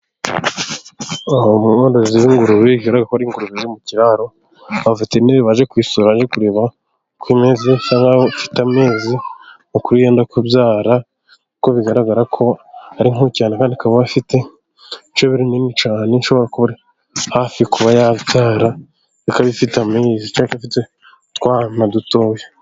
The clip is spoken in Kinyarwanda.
Umworozi w'ingurube ingurube bigaragara ko iri mu kiraro, abaveterineri baje kuyisura baje kureba uko imeze isa nk'aho ifite amezi makuru yenda kubyara, kuko bigaragara ko ari nkuru cyane kandi ikaba ifite icebe rinini cyane, ishobora kuba iri hafi kuba yabyara ikaba ifite amezi cyangwa utwana dutoya.